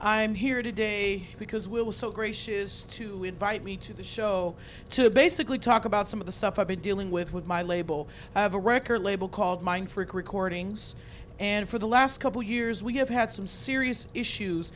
i'm here today because we was so gracious to invite me to the show to basically talk about some of the stuff i've been dealing with with my label i have a record label called mindfreak recordings and for the last couple years we have had some serious issues